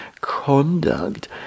conduct